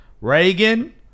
Reagan